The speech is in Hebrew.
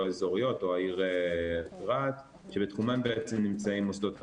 האזוריות או העיר רהט שבתחומן בעצם נמצאים מוסדות החינוך,